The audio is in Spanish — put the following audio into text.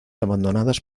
abandonadas